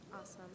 Awesome